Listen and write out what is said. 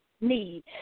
need